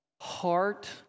Heart